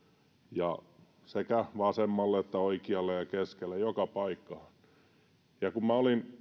sekä vasemmalla että oikealla ja keskellä joka paikassa kun minä olin